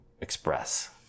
express